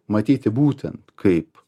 matyti būtent kaip